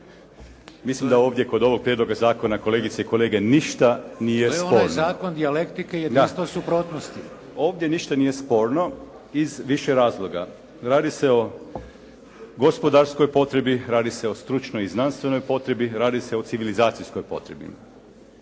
Mislim da ovdje kod ovog prijedloga zakona kolegice i kolege ništa nije sporno. **Šeks, Vladimir (HDZ)** To je onaj zakon dijalektike i jedinstva suprotnosti. **Dorić, Miljenko (HNS)** Ovdje ništa nije sporno iz više razloga. Radi se o gospodarskoj potrebi, radi se o stručnoj i znanstvenoj potrebi, radi se o civilizacijskoj potrebi.